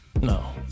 No